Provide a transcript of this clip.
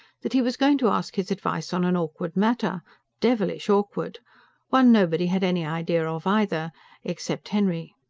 that he was going to ask his advice on an awkward matter devilish awkward one nobody had any idea of either except henry.